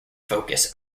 focus